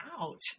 out